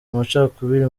amacakubiri